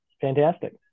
fantastic